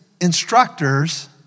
instructors